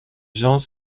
gens